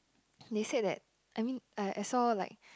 they said that I mean I I saw like